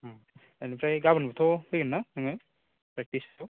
उम एनिफ्राय गाबोनबोथ' फैगोनना नोङो प्रेकटिसाव